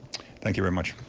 thank you very much.